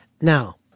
Now